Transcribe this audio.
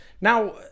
now